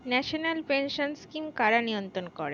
National pension scheme কারা নিয়ন্ত্রণ করে?